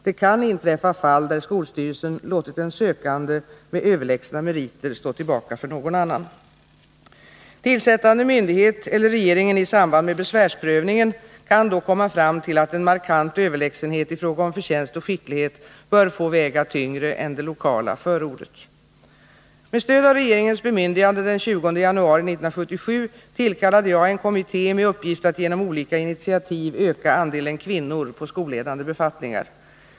Det kan inträffa fall där skolstyrelsen låtit en sökande med överlägsna meriter stå tillbaka för någon annan. kan då komma fram till att en markant överlägsenhet i fråga om förtjänst och | skicklighet bör få väga tyngre än det lokala förordet. Nr 49 Med stöd av regeringens bemyndigande den 20 januari 1977 tillkallade jag en kommitté med uppgift att genom olika initiativ öka andelen kvinnor på skolledande befattningar.